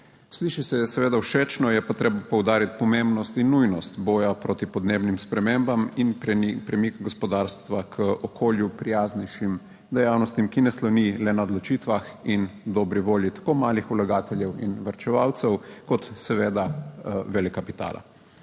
Sliši se seveda všečno, je pa treba poudariti pomembnost in nujnost boja proti podnebnim spremembam in premik gospodarstva k okolju prijaznejšim dejavnostim, ki ne sloni le na odločitvah in dobri volji tako malih vlagateljev in varčevalcev kot seveda velekapitala.